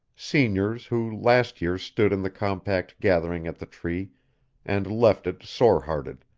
seniors who last year stood in the compact gathering at the tree and left it sore-hearted,